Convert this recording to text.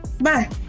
Bye